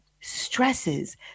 stresses